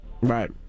Right